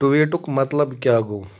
ٹِویٹُک مطلب کیاہ گوٚو